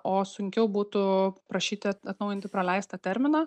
o sunkiau būtų prašyti atnaujinti praleistą terminą